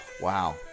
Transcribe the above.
wow